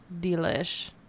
delish